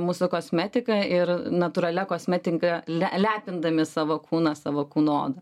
mūsų kosmetiką ir natūralia kosmetinka le lepindami savo kūną savo kūno odą